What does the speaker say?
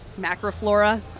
macroflora